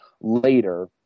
later